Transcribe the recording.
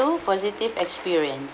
two positive experience